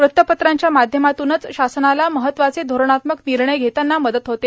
वृत्तपत्रांच्या माध्यमातूनच शासनाला महत्त्वाचे धोरणात्मक निर्णय घेताना मदत होते